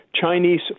Chinese